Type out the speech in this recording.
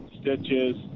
stitches